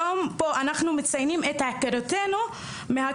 היום שבו אנחנו מציינים את עקירתנו מהכפרים